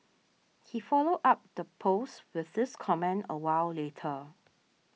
he followed up the post with this comment a while later